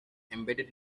embedded